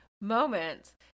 moments